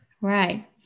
Right